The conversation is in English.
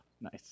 Nice